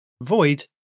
void